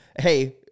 hey